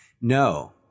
No